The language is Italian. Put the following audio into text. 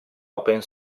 open